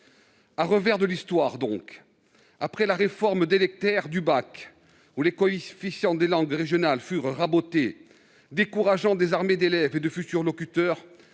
À revers de l'histoire, après la réforme délétère du baccalauréat, où les coefficients des langues régionales furent rabotés, décourageant des armées d'élèves et de futurs locuteurs,